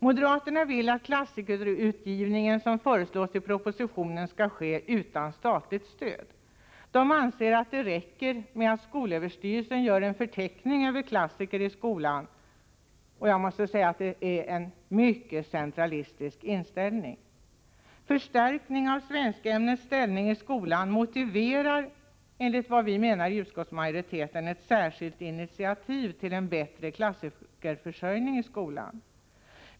Moderaterna vill att den klassikerutgivning som föreslås i propositionen skall ske utan statligt stöd. De anser att det räcker med att skolöverstyrelsen gör en förteckning över klassiker för skolan. Jag måste säga att det är en mycket centralistisk inställning! Förstärkningen av svenskämnets ställning i skolan motiverar, enligt vad vi inom utskottsmajoriteten anser, ett särskilt initiativ till en bättre klassikerförsörjning för skolan.